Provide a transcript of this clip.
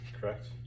Correct